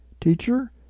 Teacher